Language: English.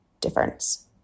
difference